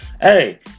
Hey